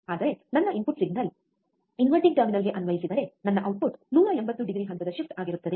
ಆದರೆ ನನ್ನ input signal ಅನ್ನು ಇನ್ವರ್ಟಿಂಗ್ ಟರ್ಮಿನಲ್ಗೆ ಅನ್ವಯಿಸಿದರೆ ನನ್ನ ಔಟ್ಪುಟ್ 180 ಡಿಗ್ರಿ ಹಂತದ ಶಿಫ್ಟ್ ಆಗಿರುತ್ತದೆ